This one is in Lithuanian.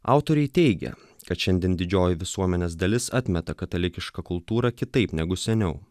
autoriai teigia kad šiandien didžioji visuomenės dalis atmeta katalikišką kultūrą kitaip negu seniau